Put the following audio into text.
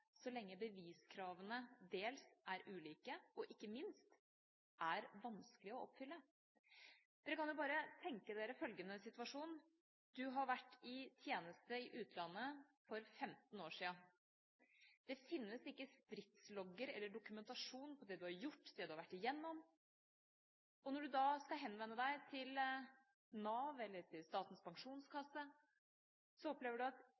så lenge beviskravene dels er ulike og – ikke minst – vanskelige å oppfylle. Man kan jo bare tenke seg følgende situasjon: Man har vært i tjeneste i utlandet for 15 år siden. Det finnes ikke stridslogger eller dokumentasjon på det man har gjort, det man har vært igjennom. Når man da skal henvende seg til Nav eller Statens pensjonskasse, opplever man at